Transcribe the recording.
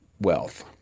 wealth